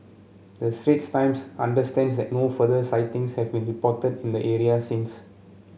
the Straits Times understands that no further sightings have been reported in the areas since